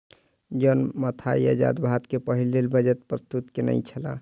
John Mathai आजाद भारत के पहिल रेल बजट प्रस्तुत केनई छला